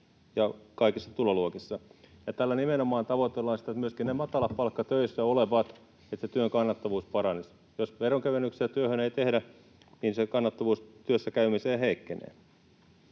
ja kaikissa tuloluokissa. Tällä nimenomaan tavoitellaan sitä, että myöskin niillä matalapalkkatöissä olevilla työn kannattavuus paranisi. Jos veronkevennyksiä työhön ei tehdä, niin se kannattavuus työssä käymiseen heikkenee.